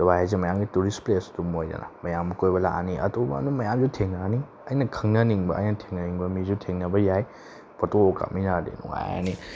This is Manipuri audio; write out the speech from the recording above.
ꯗꯨꯕꯥꯏ ꯍꯥꯏꯁꯦ ꯃꯌꯥꯝꯒꯤ ꯇꯨꯔꯤꯁ ꯄ꯭ꯂꯦꯁ ꯑꯗꯨꯝ ꯑꯣꯏꯗꯅ ꯃꯌꯥꯝ ꯀꯣꯏꯕ ꯂꯥꯛꯑꯅꯤ ꯑꯗꯨꯒꯨꯝꯕ ꯑꯗꯨꯝ ꯃꯌꯥꯝꯁꯨ ꯊꯦꯡꯅꯔꯅꯤ ꯑꯩꯅ ꯈꯪꯅꯅꯤꯡꯕ ꯑꯩꯅ ꯊꯦꯡꯅꯅꯤꯡꯕ ꯃꯤꯁꯨ ꯊꯦꯡꯅꯕ ꯌꯥꯏ ꯐꯣꯇꯣꯒ ꯀꯥꯞꯃꯤꯟꯅꯔꯗꯤ ꯅꯨꯡꯉꯥꯏꯔꯅꯤ